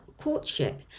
courtship